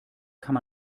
kann